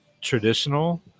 traditional